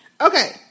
Okay